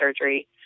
surgery